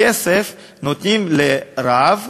הכסף, נותנים לרב.